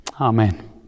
Amen